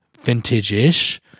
vintage-ish